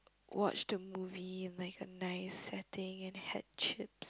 watched a movie in like a nice setting and had chip